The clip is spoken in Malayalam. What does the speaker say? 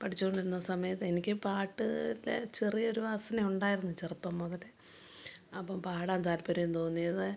പഠിച്ചുകൊണ്ടിരുന്ന സമയത്ത് എനിക്ക് പാട്ട് ലെ ചെറിയൊരു വാസന ഉണ്ടായിരുന്നു ചെറുപ്പം മുതലേ അപ്പോള് പാടാൻ താൽപര്യം തോന്നിയത്